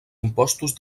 impostos